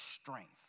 strength